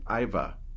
Iva